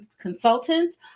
Consultants